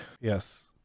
Yes